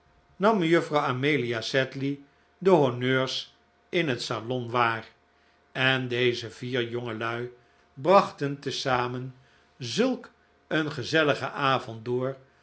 nam mejuffrouw amelia sedley de honneurs in het salon waar en deze vier jongelui brachten te zamen zulk een gezelligen avond door